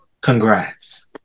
Congrats